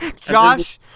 Josh